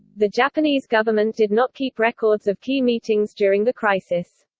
the japanese government did not keep records of key meetings during the crisis.